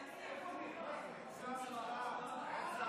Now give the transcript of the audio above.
אם אין שר אז הצבעה.